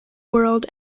world